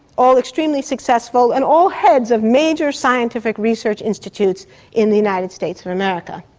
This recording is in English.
all extremely successful, and all heads of major scientific research institutes in the united states of america.